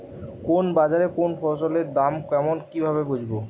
কোন বাজারে কোন ফসলের দাম কেমন কি ভাবে বুঝব?